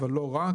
אבל לא רק,